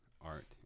art